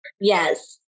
Yes